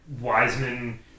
Wiseman